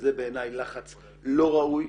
וזה בעיניי לחץ לא ראוי,